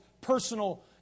personal